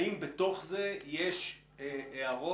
האם בתוך זה יש הערות,